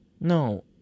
No